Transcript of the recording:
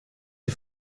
you